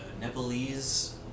Nepalese